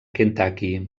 kentucky